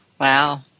Wow